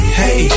hey